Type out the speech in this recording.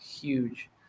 huge